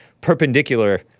perpendicular